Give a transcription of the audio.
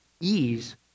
ease